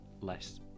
less